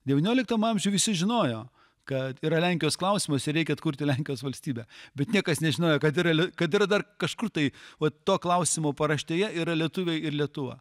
devynioliktam amžiuj visi žinojo kad yra lenkijos klausimas ir reikia atkurti lenkijos valstybę bet niekas nežinojo kad yra kad yra dar kažkur tai vat to klausimo paraštėje yra lietuviai ir lietuva